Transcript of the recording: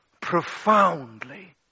Profoundly